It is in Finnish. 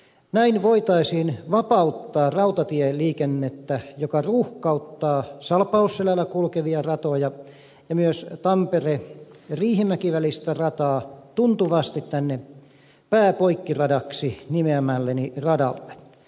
näin voitaisiin vapauttaa rautatieliikennettä joka ruuhkauttaa salpausselällä kulkevia ratoja ja myös tampereriihimäki välistä rataa tuntuvasti tänne pääpoikkiradaksi nimeämälleni radalle